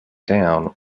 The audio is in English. down